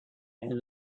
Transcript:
and